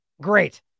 Great